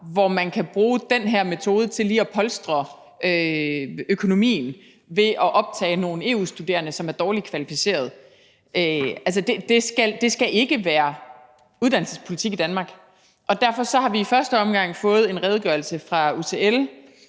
hvor man kan bruge den her metode til lige at polstre økonomien ved at optage nogle EU-studerende, som er dårligt kvalificerede. Altså, det skal ikke være vores uddannelsespolitik i Danmark, og derfor har vi i første omgang fået en redegørelse fra UCL,